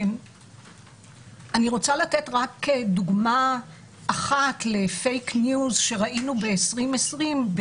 אני רוצה לתת רק דוגמה אחת ל"פייק ניוז" שראינו ב-2020,